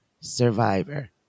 survivor